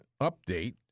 update